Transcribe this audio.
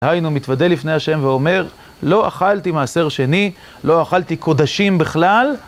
היינו מתוודא לפני ה' ואומר לא אכלתי מעשר שני, לא אכלתי קודשים בכלל